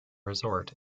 resort